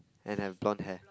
and have blonde hair